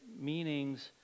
meanings